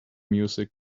music